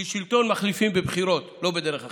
כי שלטון מחליפים בבחירות, לא בדרך אחרת,